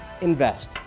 Invest